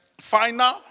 final